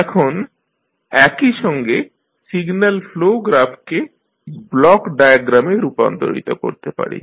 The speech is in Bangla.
এখন একইসঙ্গে সিগন্যাল ফ্লো গ্রাফকে ব্লক ডায়াগ্রামে রূপান্তরিত করতে পারি